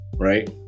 right